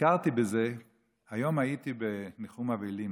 נזכרתי בזה היום כשהייתי בניחום אבלים